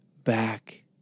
back